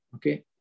okay